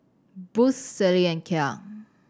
Boost Sealy and Kia